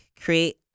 create